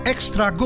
Extra